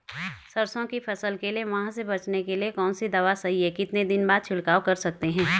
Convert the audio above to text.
सरसों की फसल के लिए माह से बचने के लिए कौन सी दवा सही है कितने दिन बाद छिड़काव कर सकते हैं?